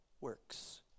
works